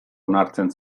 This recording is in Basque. onartzen